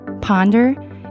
ponder